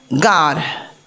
God